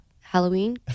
halloween